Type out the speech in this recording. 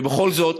ובכל זאת,